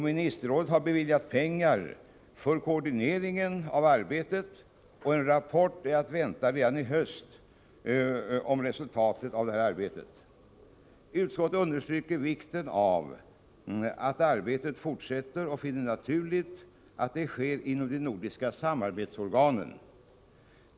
Ministerrådet har beviljat pengar för koordineringen av arbetet, och en rapport om resultatet av det är att vänta redan i höst. Utskottet understryker vikten av att arbetet fortsätter och finner det naturligt att det sker inom de nordiska samarbetsorganen.